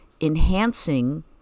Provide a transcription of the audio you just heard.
enhancing